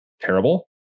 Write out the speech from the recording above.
terrible